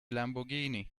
lamborghini